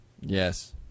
Yes